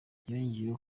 yongeyeho